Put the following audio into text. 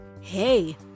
Hey